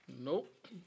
Nope